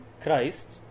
Christ